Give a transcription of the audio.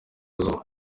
izuba